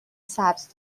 سبز